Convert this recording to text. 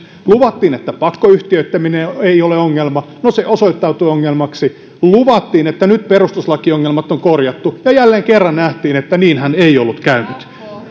luvattiin että pakkoyhtiöittäminen ei ole ongelma no se osoittautui ongelmaksi luvattiin että nyt perustuslakiongelmat on korjattu ja jälleen kerran nähtiin että niinhän ei ollut käynyt